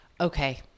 okay